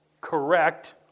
correct